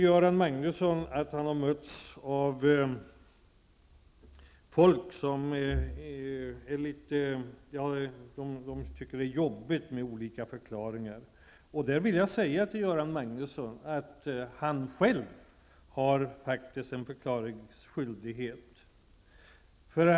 Göran Magnusson säger att han har mötts av folk som tycker att det är jobbigt med olika förklaringar. Jag vill säga till Göran Magnusson att han faktiskt själv har en förklaringsskyldighet.